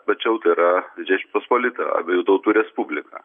plačiau tai yra žečpospolita abiejų tautų respublika